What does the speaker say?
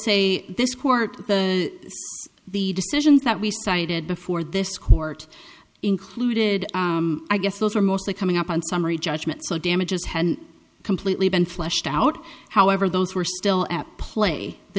say this court the the decisions that we cited before this court included i guess those were mostly coming up on summary judgment so damages hadn't completely been fleshed out however those were still at play the